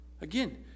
Again